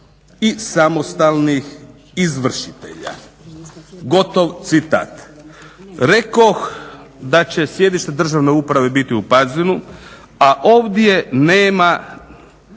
i samostalnih izvršitelja." Gotov citat. Rekoh da će sjedište državne uprave biti u Pazinu, a ovdje nema